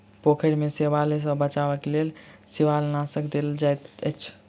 पोखैर में शैवाल सॅ बचावक लेल शिवालनाशक देल जाइत अछि